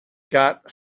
got